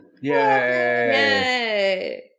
Yay